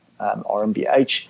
RMBH